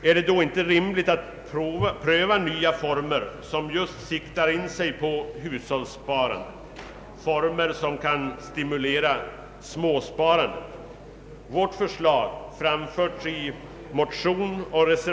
Är det då inte rimligt att pröva nya former, som just siktar in sig på hushållssparandet — former som kan stimulera småsparandet?